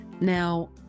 Now